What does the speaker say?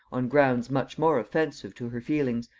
on grounds much more offensive to her feelings,